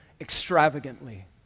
extravagantly